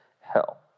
hell